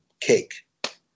cake